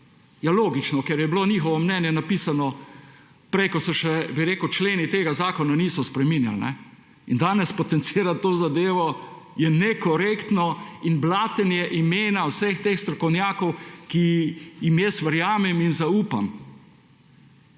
Ja logično, ker je bilo njihovo mnenje napisano prej, ko se členi tega zakona še niso spreminjali. In danes potencirati to zadevo je nekorektno in blatenje imena vseh teh strokovnjakov, ki jim jaz verjamem in zaupam.